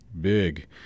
big